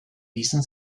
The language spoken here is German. ließen